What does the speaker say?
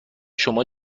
شما